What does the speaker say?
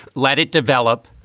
let it develop.